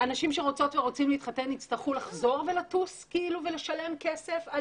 אנשים שרוצות ורוצים להתחתן יצטרכו לחזור ולטוס ולשלם כסף על